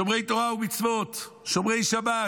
שומרי תורה ומצוות, שומרי שבת.